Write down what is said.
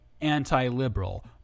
anti-liberal